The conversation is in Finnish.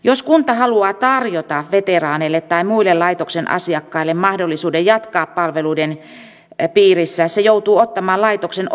jos kunta haluaa tarjota veteraaneille tai muille laitoksen asiakkaille mahdollisuuden jatkaa palveluiden piirissä se joutuu ottamaan laitoksen